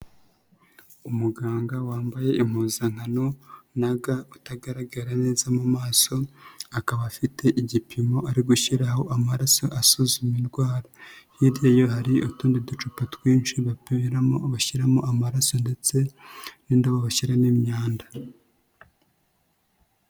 Umuganga wambaye impuzankano na ga utagaragara neza mu maso, akaba afite igipimo ari gushyiraho amaraso asuzuma indwara. Hirya ye hari utundi ducupa twinshi bapimiramo bashyiramo amaraso ndetse n'indobo bashyiramo imyanda.